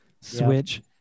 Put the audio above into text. switch